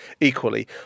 equally